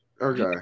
okay